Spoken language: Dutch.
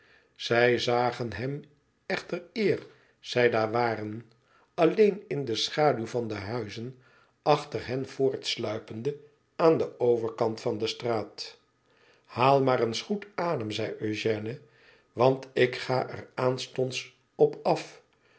zij zagen hem echter eer zij daar waren alleen in de schaduw van de huizen achter hen voortsluipende aan den overkant van de straat shaal maar eens goed adem zei eugène want ik ga er aanstonds op af